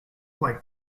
like